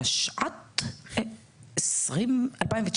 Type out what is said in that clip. התשע"ט-2019,